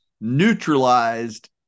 neutralized